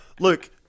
Look